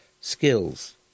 Skills